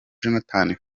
jonathan